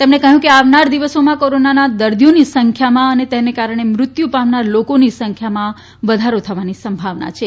તેમણે કહ્યું કે આવનારો દિવસોમાં કોરોનાના દર્દીઓની સંખ્યામાં અને તેને કારણે મૃત્યુ પામનારા લોકોની સંખ્યામાં વધારો થવાની સંભાવના છે